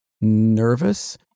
nervous